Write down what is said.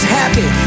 happy